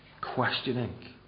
questioning